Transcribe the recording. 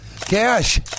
Cash